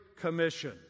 commission